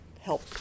help